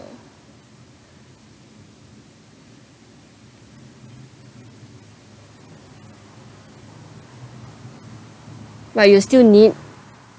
but you still need